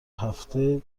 هفته